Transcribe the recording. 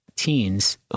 teens